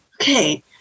okay